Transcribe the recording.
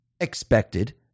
expected